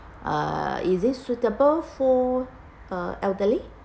uh is it suitable for a elderly